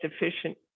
efficient